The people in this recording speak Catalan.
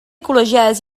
col·legiades